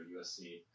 USC—